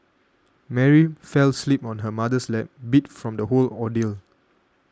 Mary fell asleep on her mother's lap beat from the whole ordeal